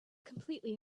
completely